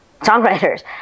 songwriters